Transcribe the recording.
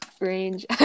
range